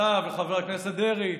אתה וחבר הכנסת דרעי,